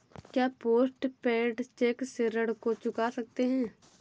क्या post paid cheque से ऋण को चुका सकते हैं?